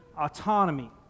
autonomy